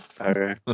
Okay